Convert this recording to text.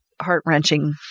heart-wrenching